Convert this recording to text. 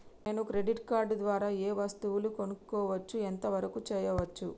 నేను credit card ద్వారా ఏం వస్తువులు కొనుక్కోవచ్చు ఎంత వరకు చేయవచ్చు?